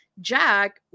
jack